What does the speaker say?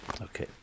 Okay